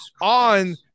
on